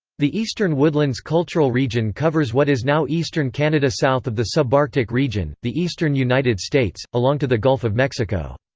the eastern woodlands cultural region covers what is now eastern canada south of the subarctic region, the eastern united states, along to the gulf of mexico.